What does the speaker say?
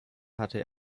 hatte